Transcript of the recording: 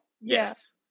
Yes